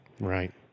right